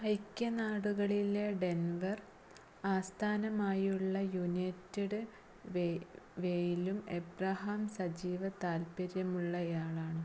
ഐക്യനാടുകളിലെ Denver ആസ്ഥാനമായുള്ള United Way വേയിലും എബ്രഹാം സജീവ താല്പര്യമുള്ളയാളാണ്